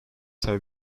have